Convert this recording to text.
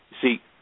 See